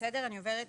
אני עוברת